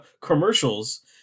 commercials